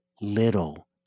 little